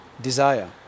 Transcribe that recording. desire